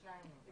שניים.